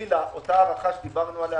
ובמקביל לאותה הארכה שדיברנו עליה,